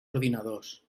ordinadors